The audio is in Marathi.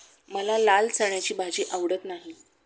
मला लाल चण्याची भाजी आवडत नाही